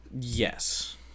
Yes